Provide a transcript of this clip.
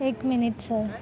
एक minute sir